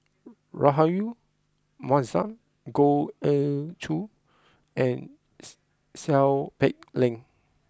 Rahayu Mahzam Goh Ee Choo and Seow Peck Leng